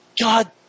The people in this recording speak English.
God